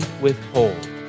withhold